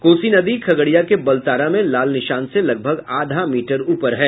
कोसी नदी खगड़िया के बलतारा में लाल निशान से लगभग आधा मीटर ऊपर है